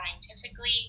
scientifically